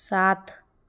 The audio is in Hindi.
सात